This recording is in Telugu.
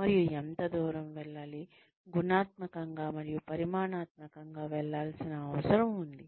మరియు ఎంత దూరం గుణాత్మకంగా మరియు పరిమాణాత్మకంగా వెళ్లాల్సిన అవసరం ఉంది